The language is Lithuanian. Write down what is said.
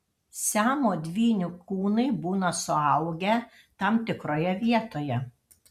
siamo dvynių kūnai būna suaugę tam tikroje vietoje